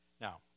Now